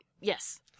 Yes